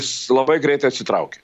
jis labai greitai atsitraukia